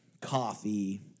Coffee